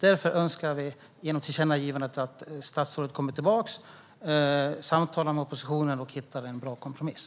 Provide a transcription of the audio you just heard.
Därför önskar vi ge ett tillkännagivande om att statsrådet kommer tillbaka, samtalar med oppositionen och hittar en bra kompromiss.